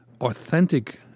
authentic